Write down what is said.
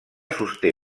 sosté